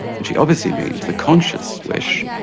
and she obviously means the conscious wish,